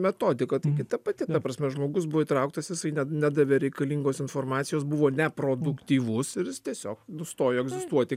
metodika taigi ta pati ta prasme žmogus buvo įtrauktas jisai net nedavė reikalingos informacijos buvo neproduktyvus ir jis tiesiog nustojo egzistuoti